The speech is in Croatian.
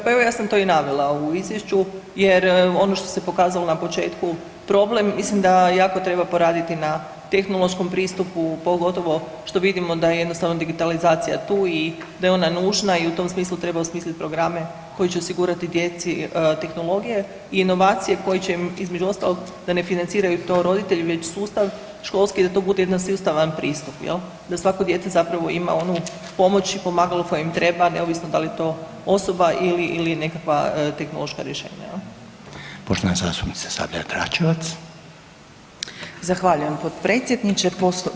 Pa evo ja sam to i navela u izvješću jer ono što se pokazalo na početku problem, mislim da jako treba poraditi na tehnološkom pristupu pogotovo što vidimo da je jednostavno digitalizacija tu i da je ona nužna i u tom smislu treba osmisliti programe koji će osigurati djeci tehnologije i inovacije koje će im između ostalog da ne financiraju to roditelji već sustav školski, da to bude jedan sustavan pristup jel, da svako dijete zapravo ima onu pomoć i pomagalo koje im treba neovisno da li je to osoba ili je nekakva tehnološka rješenja jel.